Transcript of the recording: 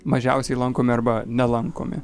mažiausiai lankomi arba nelankomi